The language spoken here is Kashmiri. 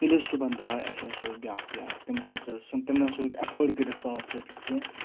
ییٚلہِ أسۍ صُبحَن درٛاے اَسہِ ہَسا اوس بِیَاکھ یار تٔمِس نَسا سُنٛد تٔمۍ نَسا اوس ایٚفٲڈ کٔرِتھ ساس رۄپیہِ کینٛہہ